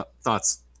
thoughts